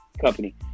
company